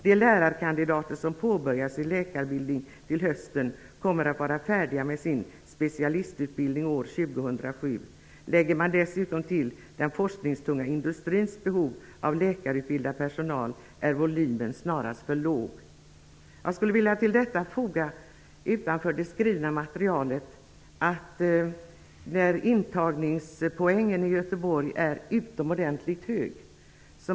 De lärarkandidater som påbörjar sin läkarutbildning till hösten kommer att vara färdiga med sin specialistutbildning år 2007. Lägger man dessutom till den forskningstunga industrins behov av läkarutbildad personal är volymen snarast för låg. Jag skulle vilja till detta foga, utanför det skrivna materialet, att intagningspoängen i Göteborg är utomordentligt hög.